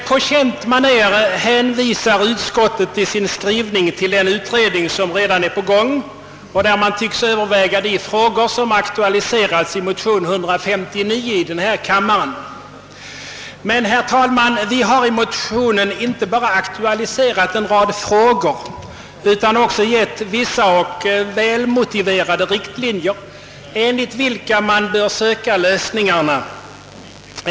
På känt maner hänvisar utskottet i sin skrivning till en utredning som redan pågår och där man tycks överväga de frågor som har aktualiserats i motion 159 i denna kammare. Men herr talman, vi har i motionen inte bara aktualiserat en rad frågor utan också angett vissa och välmotive rade riktlinjer, enligt vilka man bör söka lösningarna.